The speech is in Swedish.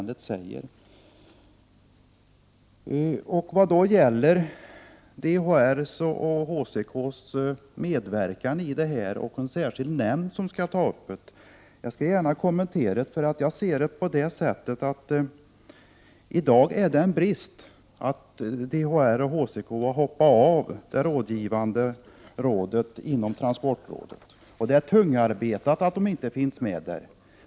DHR:s och HCK:s medverkan och frågan om en särskild nämnd skall jag gärna kommentera. I dag är det en brist att DHR och HCK har hoppat av från det rådgivande rådet inom transportrådet. Det blir tungarbetat därför att de inte finns med där.